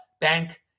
bank